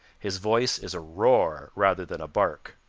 his voice is a roar rather than a bark.